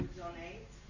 donate